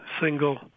single